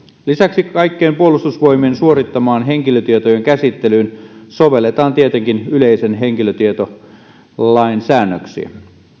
lisäksi kaikkeen puolustusvoimien suorittamaan henkilötietojen käsittelyyn sovelletaan tietenkin yleisen henkilötietolain säännöksiä